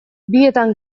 bietan